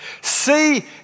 See